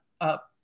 up